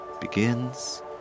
begins